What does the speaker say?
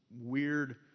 weird